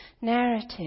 narrative